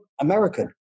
American